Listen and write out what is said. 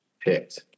picked